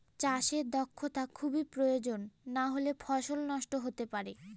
চাষে দক্ষটা খুবই প্রয়োজন নাহলে ফসল নষ্ট হতে পারে